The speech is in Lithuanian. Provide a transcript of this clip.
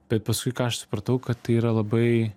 bet paskui ką aš supratau kad tai yra labai